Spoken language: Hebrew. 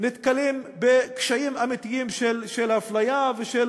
נתקלים בקשיים אמיתיים של אפליה ושל